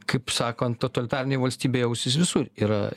kaip sakant totalitarinėj valstybėj ausis visur yra